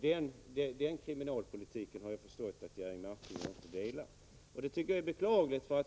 Den synen på kriminalpolitiken har jag förstått att Jerry Martinger inte delar, vilket är beklagligt.